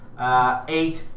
eight